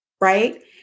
Right